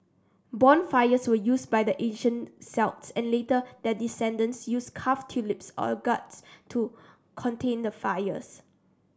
bonfires were used by the ancient Celts and later their descendents used carved turnips or gourds to contain the fires